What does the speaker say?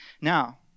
Now